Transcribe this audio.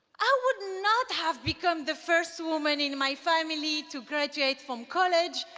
i would not have become the first woman in my family to graduate from college,